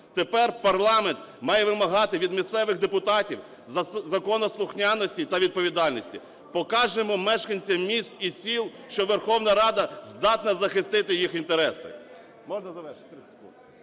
Тепер парламент має вимагати від місцевих депутатів законослухняності та відповідальності. Покажемо мешканцям міст і сіл, що Верховна Рада здатна захистити їх інтереси.